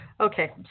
Okay